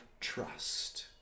trust